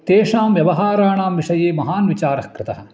तेषां व्यवहाराणां विषये महान् विचारः कृतः